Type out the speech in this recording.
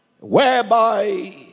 Whereby